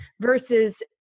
versus